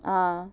ah